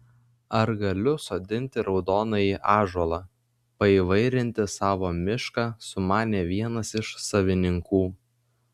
ar galiu sodinti raudonąjį ąžuolą paįvairinti savo mišką sumanė vienas iš savininkų